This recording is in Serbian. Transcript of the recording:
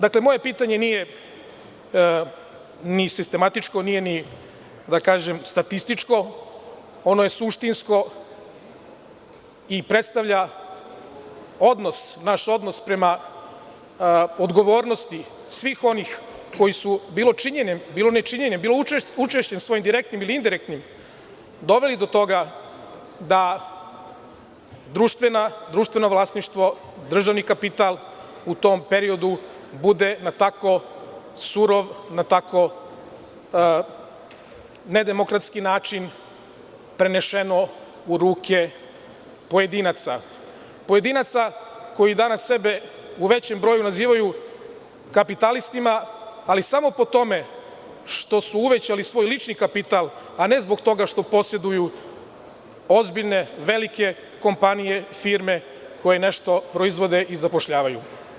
Dakle, moje pitanje nije ni sistematičko, nije ni statističko, ono je suštinsko i predstavlja odnos prema odgovornosti svih onih koji su bilo činjenjem, bilo nečinjenjem, bilo učešćem svojim direktnim ili indirektnim doveli do toga da društveno vlasništvo, državni kapital u tom periodu bude na tako surov, na tako nedemokratski način prenešeno u ruke pojedinaca, koji danas sebe u većem broju nazivaju kapitalistima, ali samo po tome što su uvećali svoj lični kapital, a ne zbog toga što poseduju ozbiljne, velike kompanije i firme koje nešto proizvode i zapošljavaju.